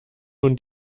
und